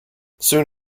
soon